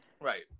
right